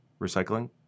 recycling